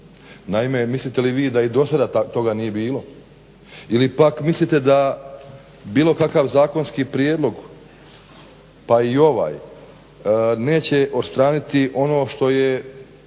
Naime, mislite li vi da i do sada toga nije bilo ili pak mislite da bilo kakav zakonski prijedlog pa i ovaj neće odstraniti ono što je